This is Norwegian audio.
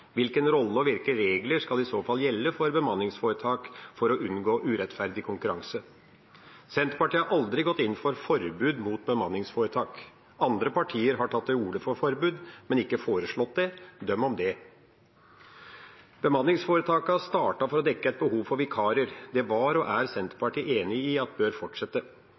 hvilken rolle og hvilke regler skal i så fall gjelde for bemanningsforetak for å unngå urettferdig konkurranse? Senterpartiet har aldri gått inn for forbud mot bemanningsforetak. Andre partier har tatt til orde for forbud, men ikke foreslått det. Dem om det. Bemanningsforetakene startet for å dekke et behov for vikarer. Det var og er Senterpartiet enig i at bør fortsette.